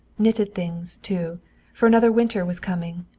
knitted things, too for another winter was coming,